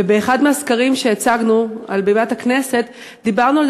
ובאחד מהסקרים שהצגנו מעל בימת הכנסת דיברנו על